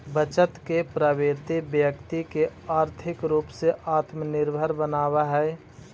बचत के प्रवृत्ति व्यक्ति के आर्थिक रूप से आत्मनिर्भर बनावऽ हई